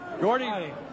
Gordy